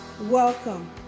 Welcome